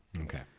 Okay